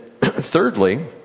thirdly